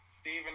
Stephen